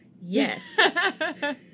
Yes